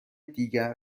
دیگر